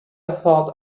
thought